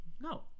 No